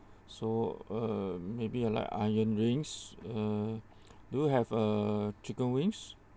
so uh maybe I like onion rings uh do you have uh chicken wings